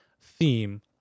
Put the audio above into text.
theme